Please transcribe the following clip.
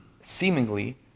seemingly